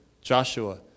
Joshua